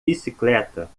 bicicleta